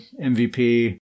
mvp